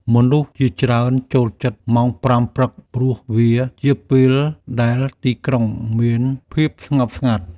មនុស្សជាច្រើនចូលចិត្តម៉ោងប្រាំព្រឹក ព្រោះវាជាពេលដែលទីក្រុងនៅមានភាពស្ងប់ស្ងាត់។